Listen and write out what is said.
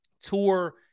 tour